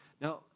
Now